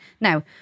Now